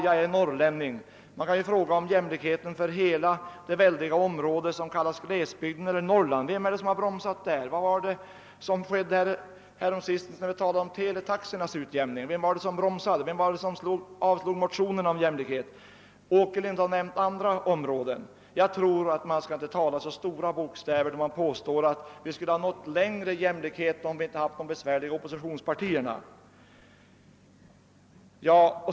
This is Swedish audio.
Jag är norrlänning. Man kan fråga var jämlikheten finns för hela det väldiga område som kallas glesbygden eller Norrland. Vem är det som bromsat där? Vad var det som skedde då vi talade om teletaxornas utjämning? Vilka var det som avslog motionerna om jämlikhet? Herr Åkerlind har nämnt en del andra områden. Jag tror inte att man skall tala med så stora bokstäver då man påstår att vi skulle ha nått längre i fråga om jämlikhet om vi inte haft de besvärliga oppositionspartierna.